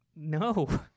No